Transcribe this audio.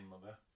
mother